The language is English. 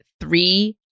three